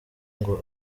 ngo